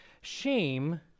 Shame